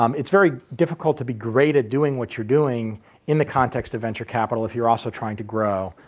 um it's very difficult to be great at doing what you're doing in the context of venture capital, if you're also trying to grow.